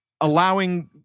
allowing